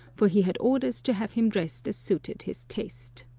for he had orders to have him dressed as suited his taste.